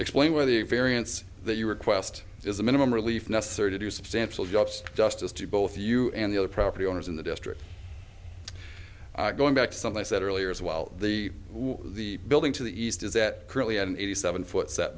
explain where the variance that you request is a minimum relief necessary to do substantial jobs justice to both you and the other property owners in the district going back to something i said earlier as well the the building to the east is that currently an eighty seven foot s